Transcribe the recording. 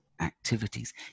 activities